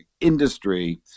industry